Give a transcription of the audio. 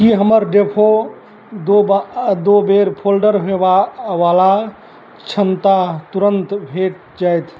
की हमर डेफो क्षमता तुरन्त भेटि जाएत